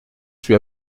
suis